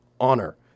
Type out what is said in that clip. honor